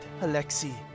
Alexei